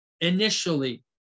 initially